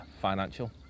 financial